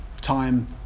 time